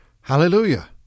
Hallelujah